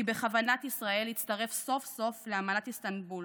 כי בכוונת ישראל להצטרף סוף-סוף לאמנת איסטנבול,